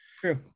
true